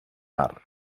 mar